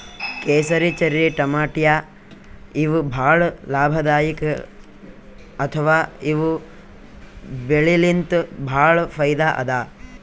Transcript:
ಕೇಸರಿ, ಚೆರ್ರಿ ಟಮಾಟ್ಯಾ ಇವ್ ಭಾಳ್ ಲಾಭದಾಯಿಕ್ ಅಥವಾ ಇವ್ ಬೆಳಿಲಿನ್ತ್ ಭಾಳ್ ಫೈದಾ ಅದಾ